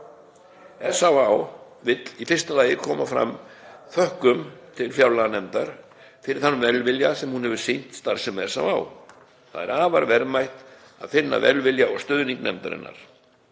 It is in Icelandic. SÁÁ vilja í fyrsta lagi koma á framfæri þökkum til fjárlaganefndar fyrir velvilja þann sem hún hefur sýnt starfsemi SÁÁ, það er afar verðmætt að finna velvilja og stuðning nefndarinnar.